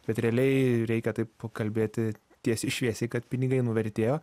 bet realiai reikia taip kalbėti tiesiai šviesiai kad pinigai nuvertėjo